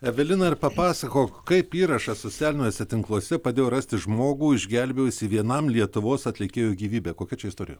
evelina ir papasakok kaip įrašas socialiniuose tinkluose padėjo rasti žmogų išgelbėjusį vienam lietuvos atlikėjui gyvybę kokia čia istorija